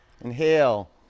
Inhale